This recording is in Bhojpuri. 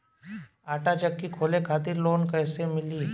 आटा चक्की खोले खातिर लोन कैसे मिली?